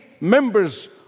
members